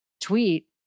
tweet